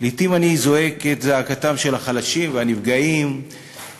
לעתים אני זועק את זעקתם של החלשים ושל הנפגעים והמקופחים,